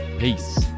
Peace